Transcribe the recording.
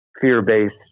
fear-based